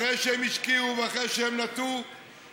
אחרי שהם השקיעו ואחרי שהם נטעו,